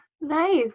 Nice